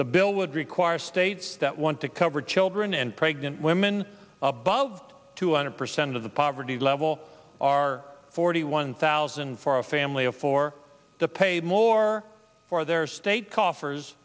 the bill would require states that want to cover children and pregnant women above two hundred percent of the poverty level are forty one thousand for a family of four to pay more for their state coffers